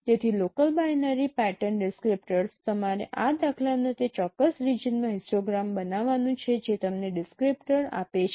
તેથી local binary pattern descriptors તમારે આ દાખલાના તે ચોક્કસ રિજિયનમાં હિસ્ટોગ્રામ બનાવવાનું છે જે તમને ડિસક્રીપ્ટર આપે છે